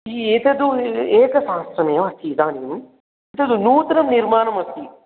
एतत्तु एकसहस्रम् एव अस्ति इदानीम् एतत् नूतननिर्माणम् अस्ति